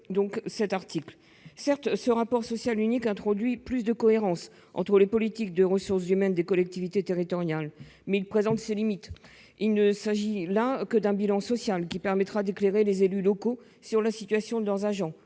crée cet article. Certes, ce rapport social unique introduit plus de cohérence entre les politiques de ressources humaines des collectivités territoriales, mais il présente des limites. Il ne s'agit là que d'un bilan social, qui permettra d'éclairer les élus locaux sur la situation de leurs agents,